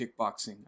kickboxing